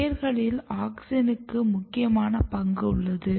வேர்களிலும் ஆக்ஸினுக்கு முக்கியமான பங்கு உள்ளது